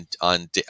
on